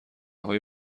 های